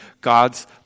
God's